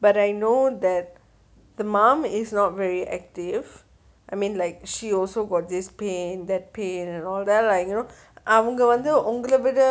but I know that the mum is not very active I mean like she also got this pain that pain and all that lah like you know அவுங்க வந்து உங்கள விட:avungga vanthu unggala vida